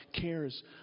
cares